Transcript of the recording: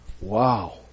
Wow